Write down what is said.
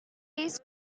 places